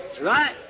Right